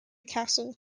castle